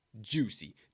Juicy